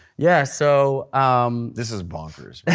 yeah so um this is bonkers.